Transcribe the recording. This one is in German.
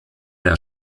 der